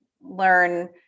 learn